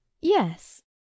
Yes